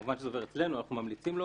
כמובן זה עובר אצלנו, אנחנו ממליצים לו.